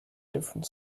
different